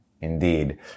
indeed